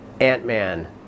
Ant-Man